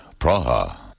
Praha